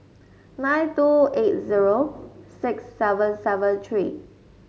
nine two eight zero six seven seven three